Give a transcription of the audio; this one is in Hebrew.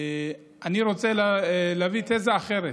אני רוצה להביא תזה אחרת: